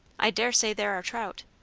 i dare say there are trout.